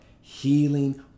healing